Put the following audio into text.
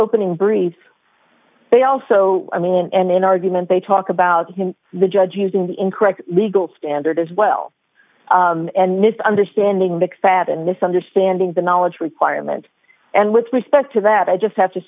opening very they also i mean and in argument they talk about him the judge using the incorrect legal standard as well and missed understanding mcfadden misunderstanding the knowledge requirement and with respect to that i just have to